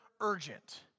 urgent